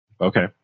Okay